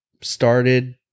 started